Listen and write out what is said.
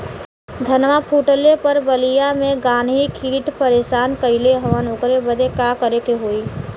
धनवा फूटले पर बलिया में गान्ही कीट परेशान कइले हवन ओकरे बदे का करे होई?